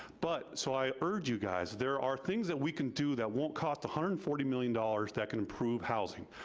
but so i urge you guys, there are things that we can do that won't cost one hundred and forty million dollars that can improve housing.